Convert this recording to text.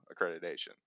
accreditation